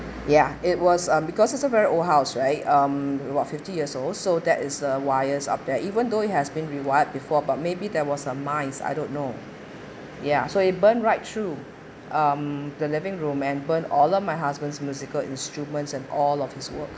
ya it was um because it's a very old house right um about fifty years old so that is a wire's up there even though it has been rewired before but maybe there was a mice I don't know ya so it burn right through um the living room and burn all of my husband's musical instruments and all of his work